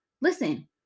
Listen